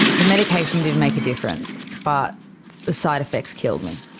the medication did make a difference but the side-effects killed me.